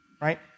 Right